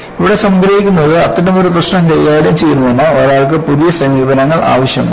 ഇവിടെ സംഗ്രഹിക്കുന്നത് അത്തരമൊരു പ്രശ്നം കൈകാര്യം ചെയ്യുന്നതിന് ഒരാൾക്ക് പുതിയ സമീപനങ്ങൾ ആവശ്യമാണ്